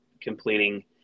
completing